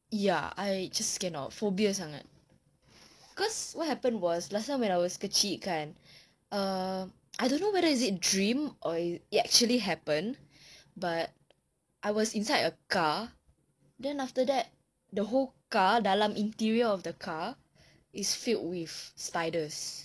ya I just cannot phobia sangat because what happened was last time when I was kecil kan err I don't know whether is it dream or it actually happened but I was inside a car then after that the whole car dalam interior of the car is filled with spiders